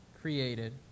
created